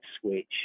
switch